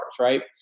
right